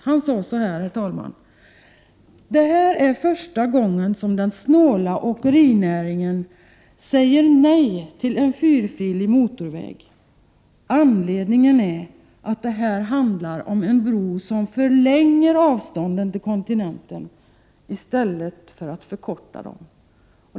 Han sade: Det här är första gången som den snåla åkerinäringen säger nej till en fyrfilig motorväg. Anledningen är att det här handlar om en bro som förlänger avstånden till kontinenten i stället för att förkorta dem.